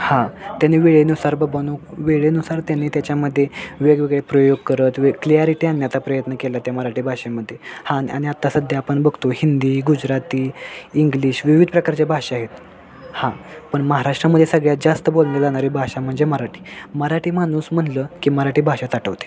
हां त्याने वेळेनुसार बाबांनो वेळेनुसार त्यांनी त्याच्यामध्ये वेगवेगळे प्रयोग करत वे क्लियारीटी आणण्याचा प्रयत्न केला त्या मराठी भाषेमध्ये हां आणि आत्ता सध्या आपण बघतो हिंदी गुजराती इंग्लिश विविध प्रकारच्या भाषा आहेत हां पण महाराष्ट्रामध्ये सगळ्यात जास्त बोलने जाणारी भाषा म्हणजे मराठी मराठी माणूस म्हटलं की मराठी भाषाच आठवते